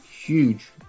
huge